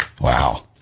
Wow